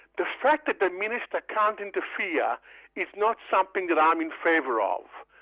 the fact that the minister can't interfere is not something that i'm in favour ah of.